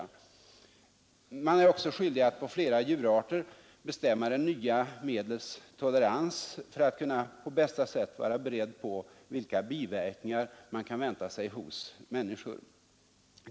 Man är också skyldig att på flera djurarter bestämma det nya medlets giftighet, så att man på bästa sätt är beredd på de biverkningar som kan väntas hos människor.